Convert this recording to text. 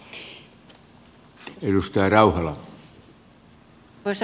arvoisa puhemies